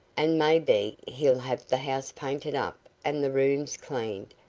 and may be he'll have the house painted up and the rooms cleaned,